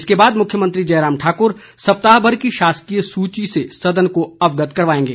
इसके बाद मुख्यमंत्री जयराम ठाकुर सप्ताह भर की शासकीय सूची से सदन को अवगत करवाएंगे